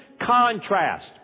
contrast